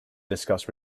discuss